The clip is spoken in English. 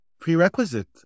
prerequisite